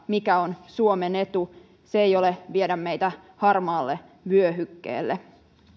mikä on suomen etu se ei ole se että meitä viedään harmaalle vyöhykkeelle